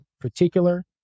particular